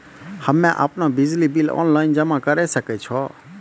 हम्मे आपनौ बिजली बिल ऑनलाइन जमा करै सकै छौ?